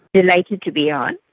delighted to be on.